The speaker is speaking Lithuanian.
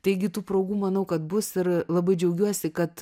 taigi tų progų manau kad bus ir labai džiaugiuosi kad